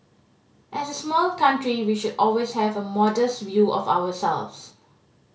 as a small country we should always have a modest view of ourselves